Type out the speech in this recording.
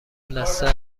لثه